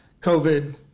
COVID